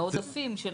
העודפים.